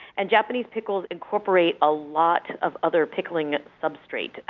and japanese pickles incorporate a lot of other pickling substrates,